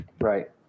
Right